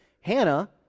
Hannah